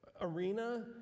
arena